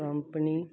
company